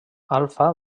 alfa